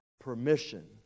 permission